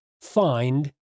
find